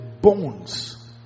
bones